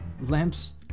lamps